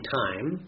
time